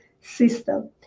system